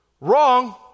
wrong